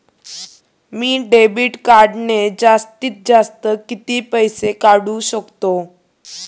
मी debit कार्डने जास्तीत जास्त किती पैसे काढू शकतो?